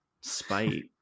spite